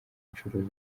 nshuro